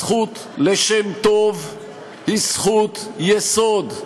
הזכות לשם טוב היא זכות יסוד,